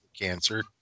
cancer